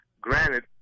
Granted